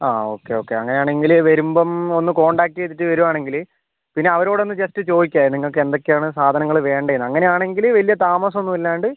ആ okay okay അങ്ങനെ ആണെങ്കിൽ വരുമ്പോൾ ഒന്ന് കോൺടാക്ട് ചെയ്തിട്ട് വരുവാണെങ്കിൽ പിന്നെ അവരോട് ഒന്ന് ജസ്റ്റ് ചോദിക്കുക നിങ്ങൾക്ക് എന്തൊക്കെ ആണ് സാധനങ്ങൾ വേണ്ടതെന്ന് അങ്ങനെ ആണെങ്കിൽ വലിയ താമസം ഒന്നും ഇല്ലാണ്ട്